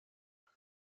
так